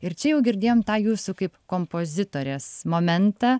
ir čia jau girdėjom tą jūsų kaip kompozitorės momentą